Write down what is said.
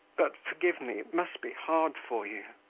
but forgive me it must be hard for you.